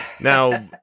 now